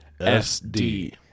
SD